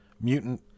mutant